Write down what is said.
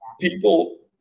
people